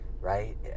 right